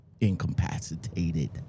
incapacitated